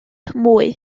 mwy